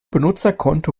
benutzerkonto